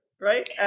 right